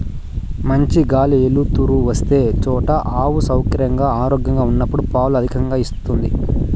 మంచి గాలి ఎలుతురు వచ్చే చోట ఆవు సౌకర్యంగా, ఆరోగ్యంగా ఉన్నప్పుడు పాలు అధికంగా ఇస్తాది